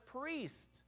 priest